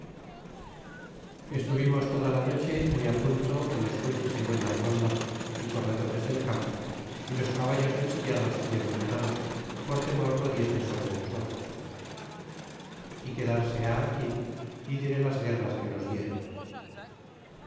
estuvimos toda la noche muy á punto con escuchas y buenas rondas y corredores del campo y los caballos ensillados y enfrenados por temor no diesen sobre nosotros y quedarse ha aquí y diré las guerras que nos dieron